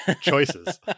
Choices